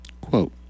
Quote